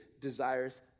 desires